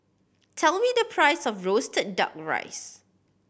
tell me the price of roasted Duck Rice